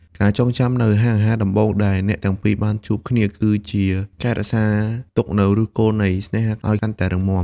ការចងចាំនូវហាងអាហារដំបូងដែលអ្នកទាំងពីរបានជួបគ្នា គឺជាការរក្សាទុកនូវឫសគល់នៃស្នេហាឱ្យកាន់តែរឹងមាំ។